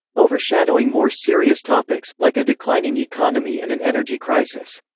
overshadowing more serious topics, like a declining economy and an energy crisis.